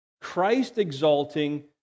Christ-exalting